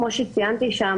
כמו שציינתי שם,